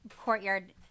courtyard